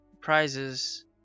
Prizes